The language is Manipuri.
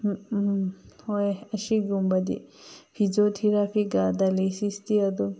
ꯍꯣꯏ ꯑꯁꯤꯒꯨꯝꯕꯗꯤ ꯐꯤꯖꯣ ꯊꯦꯔꯥꯄꯤꯒ ꯗꯥꯏꯂꯥꯏꯁꯤꯁꯇꯤ ꯑꯗꯨꯝ